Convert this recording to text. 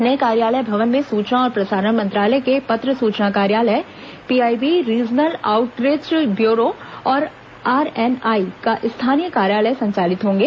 नये कार्यालय भवन में सूचना और प्रसारण मंत्रालय के पत्र सूचना कार्यालय पीआईबी रीजनल आऊटरीच ब्यूरो और आरएनआई का स्थानीय कार्यालय संचालित होंगे